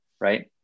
right